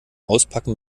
auspacken